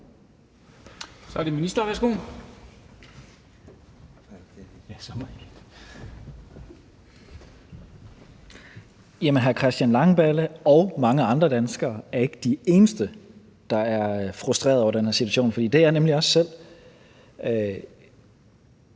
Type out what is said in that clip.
(Mattias Tesfaye): Jamen hr. Christian Langballe og mange andre danskere er ikke de eneste, der er frustrerede over den her situation, for det er jeg nemlig også selv.